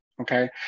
Okay